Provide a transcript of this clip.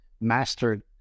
mastered